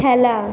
খেলা